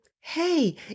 hey